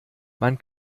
man